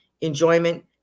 enjoyment